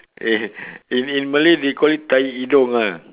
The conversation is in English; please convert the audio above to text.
eh in in Malay they call it tahi hidung ah